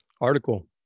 article